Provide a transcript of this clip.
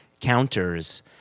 counters